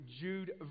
Jude